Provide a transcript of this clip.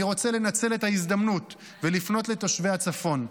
אני רוצה לנצל את ההזדמנות ולפנות לתושבי הצפון.